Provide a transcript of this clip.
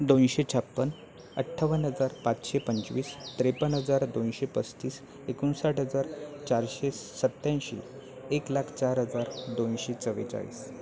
दोनशे छप्पन अठ्ठावन्न हजार पाचशे पंचवीस त्रेपन्न हजार दोनशे पस्तीस एकोणसाठ हजार चारशे सत्त्याऐंशी एक लाख चार हजार दोनशे चव्वेचाळीस